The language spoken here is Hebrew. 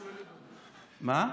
מה?